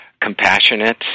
compassionate